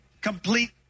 complete